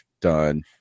done